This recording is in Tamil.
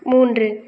மூன்று